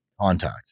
contact